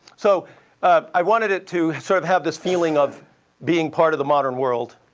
so i wanted it to sort of have this feeling of being part of the modern world.